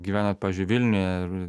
gyvenat pavyzdžiui vilniuje ir